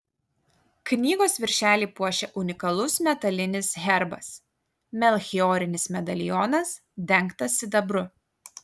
knygos viršelį puošia unikalus metalinis herbas melchiorinis medalionas dengtas sidabru